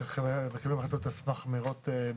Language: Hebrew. מתקבלות החלטות על סמך אמירות?